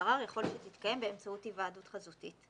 הערר יכול שתתקיים באמצעות היוועדות חזותית.